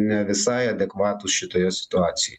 ne visai adekvatūs šitoje situacijoj